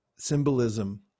symbolism